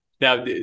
Now